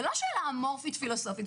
זו לא שאלה אמורפית פילוסופית.